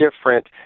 different